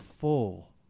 full